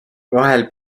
vahel